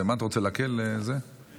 אני